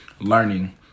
learning